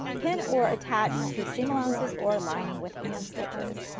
pin or attach to seam allowances or aligning with hand stitches,